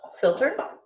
filter